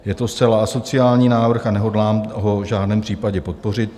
Je to zcela asociální návrh a nehodlám ho v žádném případě podpořit.